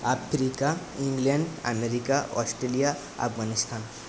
Africa England America Australia Afghanistan